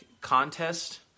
contest